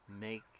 make